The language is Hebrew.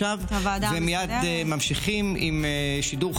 הישיבה המאתיים-וארבעים-וארבע של הכנסת העשרים-וחמש יום שלישי,